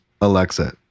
alexa